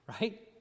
right